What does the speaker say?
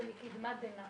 זה מקדמת דנא